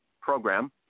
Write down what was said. program